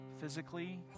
Physically